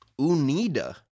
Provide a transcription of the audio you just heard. Unida